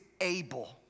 able